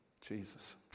Jesus